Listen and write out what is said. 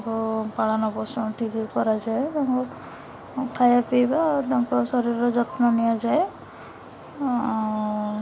ପାଳନ ପୋଷଣ ଠିକ୍ କରାଯାଏ ତାଙ୍କୁ ଖାଇବା ପିଇବା ତାଙ୍କ ଶରୀରର ଯତ୍ନ ନିଆଯାଏ